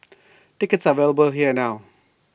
tickets are available here now